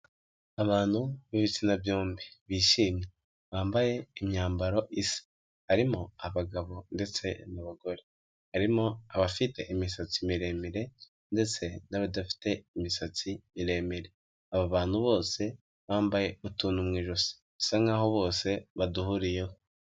Abantu b'ibitsina byombi bishimye, bambaye imyambaro isa, harimo abagabo ndetse n'abagore, harimo abafite imisatsi miremire ndetse n'abadafite imisatsi miremire. Aba bantu bose bambaye utuntu mu ijosi, bisa nkaho bose baduhuriyeho.